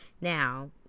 Now